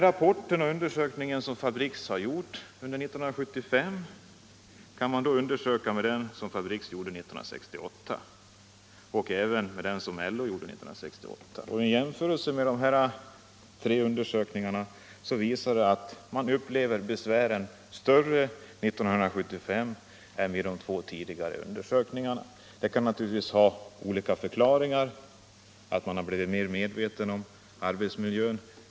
Den undersökning som Fabriks har gjort under år 1975 kan jämföras med den förbundet gjorde 1968 och även med den som LO gjorde 1968. Den jämförelsen visar att de anställda upplevde besvären som större 1975 än 1968. Det kan naturligtvis ha olika förklaringar, t.ex. att man blivit medveten om arbetsmiljön.